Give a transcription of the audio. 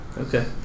okay